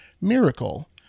miracle